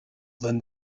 than